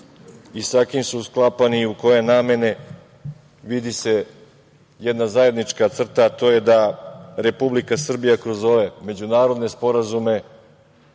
i sa kim su sklapani i u koje namene, vidi se jedna zajednička crta, a to je da Republika Srbija kroz ove međunarodne sporazume